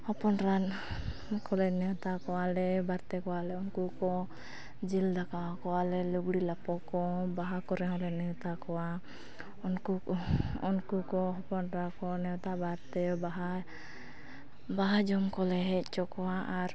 ᱦᱚᱯᱚᱱ ᱮᱨᱟ ᱠᱚᱞᱮ ᱱᱮᱣᱛᱟ ᱠᱚᱣᱟᱞᱮ ᱵᱟᱨᱛᱮ ᱠᱚᱣᱟᱞᱮ ᱩᱱᱠᱩ ᱠᱚ ᱡᱤᱞ ᱫᱟᱠᱟ ᱠᱚᱣᱟᱞᱮ ᱞᱩᱜᱽᱲᱤ ᱞᱟᱯᱚ ᱠᱚ ᱵᱟᱦᱟ ᱠᱚᱨᱮ ᱦᱚᱸᱞᱮ ᱱᱮᱣᱛᱟ ᱠᱚᱣᱟ ᱩᱱᱠᱩ ᱠᱚ ᱩᱱᱠᱩ ᱠᱚ ᱦᱚᱯᱚᱱ ᱮᱨᱟ ᱠᱚ ᱱᱮᱣᱛᱟ ᱵᱟᱨᱛᱮ ᱵᱟᱦᱟ ᱵᱟᱦᱟ ᱡᱚᱢ ᱠᱚᱞᱮ ᱦᱮᱡ ᱦᱚᱪᱚ ᱠᱚᱣᱟ ᱟᱨ